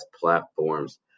platforms